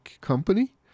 company